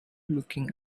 looking